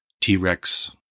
T-Rex